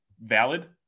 valid